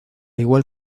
igual